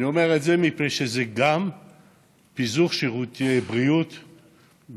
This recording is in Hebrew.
אני אומר את זה מפני שזה גם פיזור שירותי הבריאות במדינה.